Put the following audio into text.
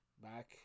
Back